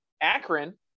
Akron